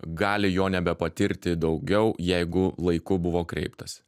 gali jo nebepatirti daugiau jeigu laiku buvo kreiptąsi